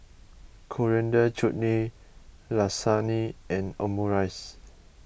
Coriander Chutney Lasagne and Omurice